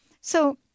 So-